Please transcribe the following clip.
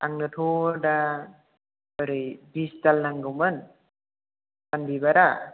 आंनोथ' दा ओरै बिसदाल नांगौमोन सान बिबारा